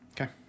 Okay